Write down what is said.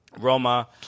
Roma